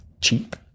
cheap